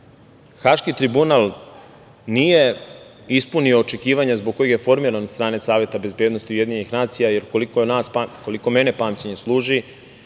Haški tribunal nije ispunio očekivanja, zbog kojih je i formiran, od strane Saveta bezbednosti UN, jer koliko mene pamćenje služi,